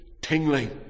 tingling